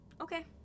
Okay